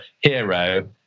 hero